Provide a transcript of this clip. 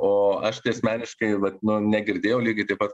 o aš tai asmeniškai vat nu negirdėjau lygiai taip pat